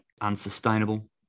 unsustainable